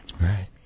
Right